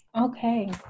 Okay